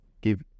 give